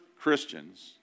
Christians